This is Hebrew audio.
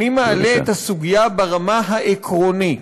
אני מעלה את הסוגיה ברמה העקרונית: